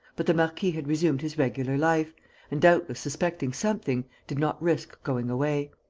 but the marquis had resumed his regular life and, doubtless suspecting something, did not risk going away.